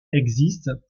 existent